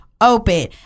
open